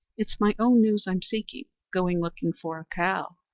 it's my own news i'm seeking. going looking for a cow,